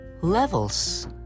levels